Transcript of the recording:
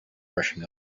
rushing